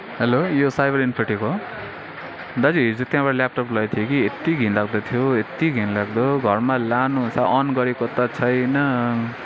hello यो cyber इन्फेटिभ हो दाजु हिजो त्यहाँबाट ल्यापटप लगेको थिएँ कि यत्ति घिनलाग्दो थियो कि यत्ति घिनलाग्दो घरमा लानसाथ अन गरेको त छैन